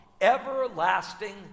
Everlasting